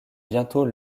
bientôt